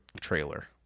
trailer